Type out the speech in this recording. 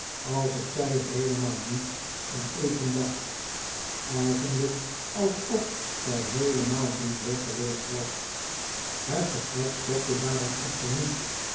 alsbf zij heelemaal niet aan eten dacht eigenlijk alsof zij heelemaal niet weg geweest was het gesprek stokte daarom echter niet